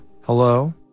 hello